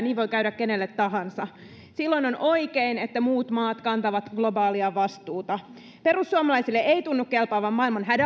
niin voi käydä kenelle tahansa silloin on oikein että muut maat kantavat globaalia vastuuta perussuomalaisille ei tunnu kelpaavan maailman